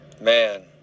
Man